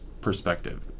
Perspective